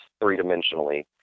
three-dimensionally